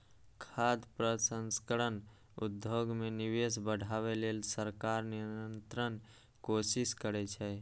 खाद्य प्रसंस्करण उद्योग मे निवेश बढ़ाबै लेल सरकार निरंतर कोशिश करै छै